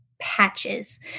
patches